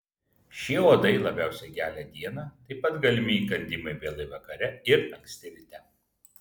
šie uodai labiausiai gelia dieną taip pat galimi įkandimai vėlai vakare ir anksti ryte